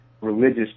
religious